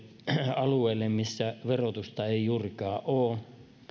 alueille missä verotusta ei juurikaan ole